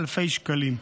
זה אלפי שקלים.